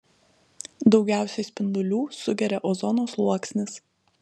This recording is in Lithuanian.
daugiausiai spindulių sugeria ozono sluoksnis